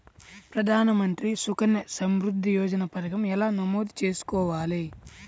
ప్రధాన మంత్రి సుకన్య సంవృద్ధి యోజన పథకం ఎలా నమోదు చేసుకోవాలీ?